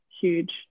huge